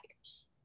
years